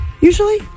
Usually